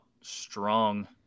strong